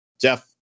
Jeff